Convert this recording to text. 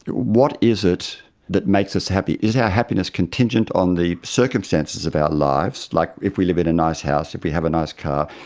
what is it that makes us happy? is our happiness contingent on the circumstances of our lives, like if we live in a nice house, if we have a nice car,